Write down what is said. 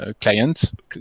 client